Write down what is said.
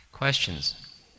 questions